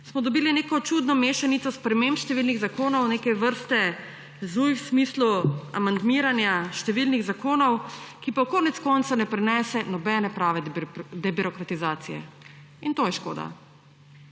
smo dobili neko čudno mešanico sprememb številnih zakonov, neke vrste Zujf v smislu amandmiranja številnih zakonov, ki pa konec koncev ne prinese nobene prave debirokratizacije. In to je škoda.